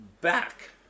back